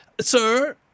Sir